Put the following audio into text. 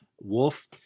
Wolf